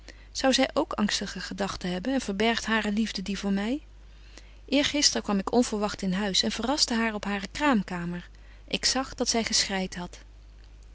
zou zy ook angstige gedagten hebben en verbergt hare liefde die voor my eergister kwam ik onverwagt in huis en verraschte haar op hare kraamkamer ik zag dat zy geschreit hadt